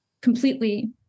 completely